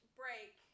break